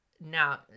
now